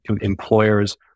Employers